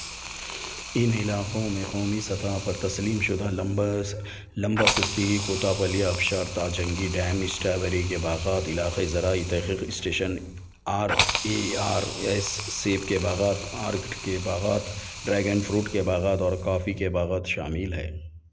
ان علاخوں میں قومی سطح پر تسلیم شدہ لمباس لمباسستی کوتاپلی آبشار تاجنگی ڈیم اسٹرا بیری کے باغات علاخائی زراعی تحخیخی station R A R S سیب کے باغات آرکڈ کے باغات ڈریگن فروٹ کے باغات اور کافی کے باغات شامل ہے